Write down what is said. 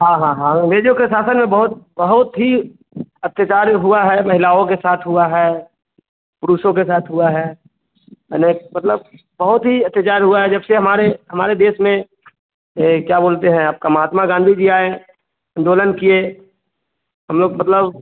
हाँ हाँ हाँ अंग्रेज़ों के शासन में बहुत बहुत ही अत्याचार हुआ है महिलाओं के साथ हुआ है पुरुषों के साथ हुआ है अनेक मतलब बहुत ही अत्याचार हुआ है जब से हमारे हमारे देश में यह क्या बोलते है आपका महात्मा गांधी जी आए आंदोलन किए हम लोग मतलब